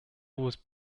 was